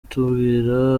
kutubwira